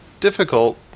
difficult